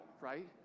Right